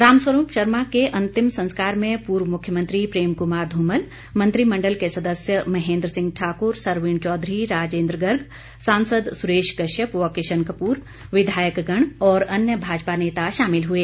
रामस्वरूप शर्मा के अंतिम संस्कार में पूर्व मुख्यमंत्री प्रेम कुमार धूमल मंत्रिमण्डल के सदस्य महेन्द्र सिंह ठाकुर सरवीण चौधरी राजेन्द्र गर्ग सांसद सुरेश कश्यप व किशन कप्र विधायक गण और अन्य भाजपा नेता शामिल हुए